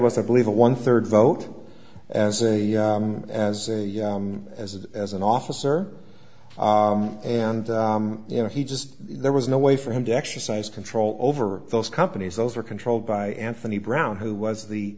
was i believe a one third vote as a as a as a as an officer and you know he just there was no way for him to exercise control over those companies those were controlled by anthony brown who was the